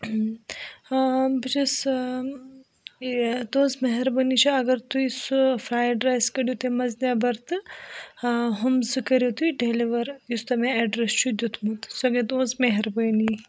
بہٕ چھَس یہِ تُہٕنٛز مہربٲنی چھِ اگر تُہۍ سُہ فرٛایڈ رایس کٔڑِو تَمہِ منٛز نٮ۪بَر تہٕ ہُم زٕ کٔرِو تُہۍ ڈٮ۪لِوَر یُس تۄہہِ مےٚ اٮ۪ڈرَس چھُ دیُتمُت سۄ گٔے تُہٕنٛز مہربٲنی